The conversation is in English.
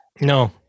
No